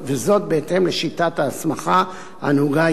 וזאת בהתאם לשיטת ההסמכה הנהוגה היום